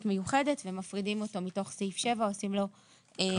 מיוחדת ומפרידים אותו מתוך סעיף 7. עושים לו סעיף